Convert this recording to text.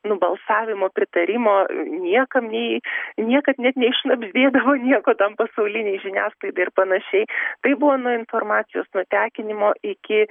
nubalsavimo pritarimo niekam nei niekad net neiššnabždėdavo nieko tam pasaulinei žiniasklaidai ir panašiai tai buvo nuo informacijos nutekinimo iki